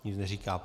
Nic neříká.